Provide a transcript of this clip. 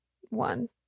one